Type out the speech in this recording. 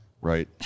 right